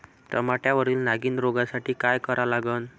टमाट्यावरील नागीण रोगसाठी काय करा लागन?